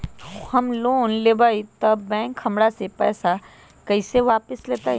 हम लोन लेलेबाई तब बैंक हमरा से पैसा कइसे वापिस लेतई?